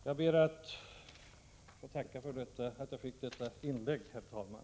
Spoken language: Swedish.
Jag ber att få tacka för att jag fick göra detta inlägg, herr talman.